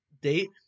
date